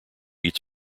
eats